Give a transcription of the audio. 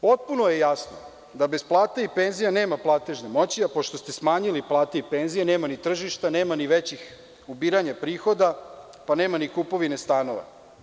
Potpuno je jasno da bez plata i penzija nema platežne moći, a pošto ste smanjili plate i penzije, nema ni tržišta, nema ni većih ubiranja prihoda, pa nema ni kupovine stanova.